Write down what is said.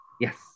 Yes